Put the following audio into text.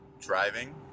driving